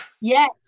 yes